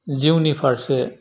जिउनि फारसे